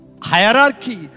hierarchy